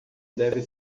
deve